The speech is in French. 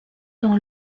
dans